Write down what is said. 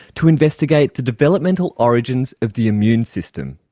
to investigate the developmental origins of the immune system.